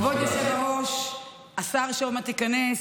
כבוד היושב-ראש, השר שעוד מעט ייכנס,